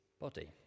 body